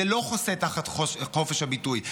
זה לא חוסה תחת חופש הביטוי.